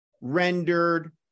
rendered